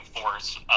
force